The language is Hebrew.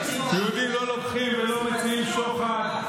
יהודים לא לוקחים ולא מציעים שוחד.